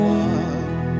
one